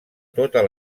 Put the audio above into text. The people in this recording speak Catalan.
totes